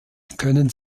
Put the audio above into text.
können